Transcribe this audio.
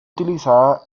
utilizada